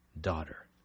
Daughter